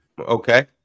Okay